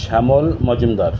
Shyamal Majumdar